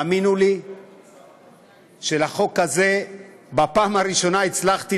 והאמינו לי שלחוק הזה בפעם הראשונה הצלחתי